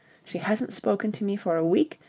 she hasn't spoken to me for a week,